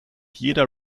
jeder